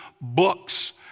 books